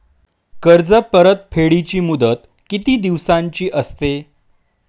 कर्ज परतफेडीची मुदत किती दिवसांची असते?